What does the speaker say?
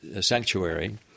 sanctuary